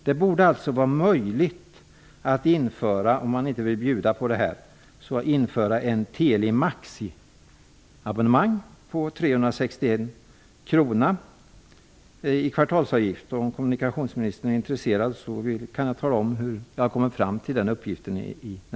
Det borde alltså vara möjligt att införa -- om man inte vill bjuda på detta -- ett abonnemang som kallas telemaxi som kostar 361 kr i kvartalsavgift. Om kommunikationsministern är intresserad kan jag i min nästa replik tala om hur jag kommit fram till den uppgiften.